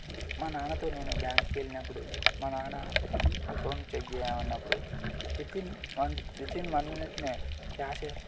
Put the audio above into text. మా నాన్నతో నేను బ్యాంకుకు వెళ్ళినప్పుడు మా నాన్న అకౌంట్ చెక్ చేయం అన్నప్పుడు within one within one మినిట్లోనే క్యాషియర్